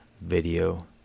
video